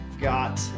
got